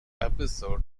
episode